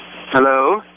Hello